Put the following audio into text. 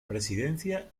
presidencia